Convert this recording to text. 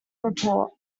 report